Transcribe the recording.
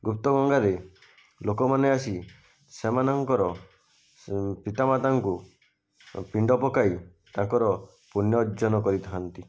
ଗୁପ୍ତଗଙ୍ଗାରେ ଲୋକମାନେ ଆସି ସେମାନଙ୍କର ପିତାମାତାଙ୍କୁ ପିଣ୍ଡ ପକାଇ ତାଙ୍କର ପୂଣ୍ୟ ଅର୍ଜନ କରିଥାନ୍ତି